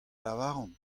lavaran